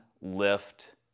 lift